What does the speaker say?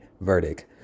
verdict